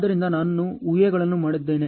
ಆದ್ದರಿಂದ ನಾನು ಊಹೆಗಳನ್ನು ಮಾಡಿದ್ದೇನೆ